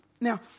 Now